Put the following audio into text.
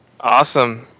Awesome